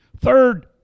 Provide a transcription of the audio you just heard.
third